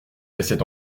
laissait